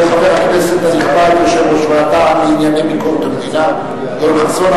בתקציב הדו-שנתי, האם הנושא הזה